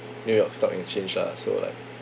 new york stock exchange lah so like